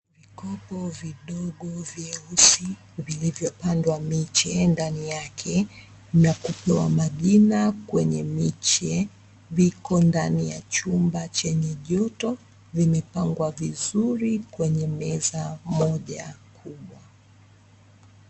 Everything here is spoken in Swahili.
Vikopo vidogo vyeusi, vilivyopandwa miche ndani yake, na kupewa majina kwenye miche, viko ndani ya chumba chenye joto , vimepangwa vizuri kwenye meza moja kubwa.